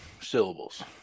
syllables